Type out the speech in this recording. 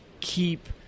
keep